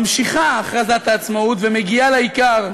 ממשיכה הכרזת העצמאות ומגיעה לעיקר,